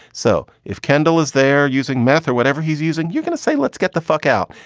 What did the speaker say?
so if. kendall, is there using math or whatever he's using? you're going to say, let's get the fuck out.